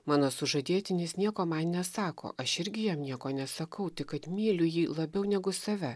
mano sužadėtinis nieko man nesako aš irgi jam nieko nesakau tik kad myliu jį labiau negu save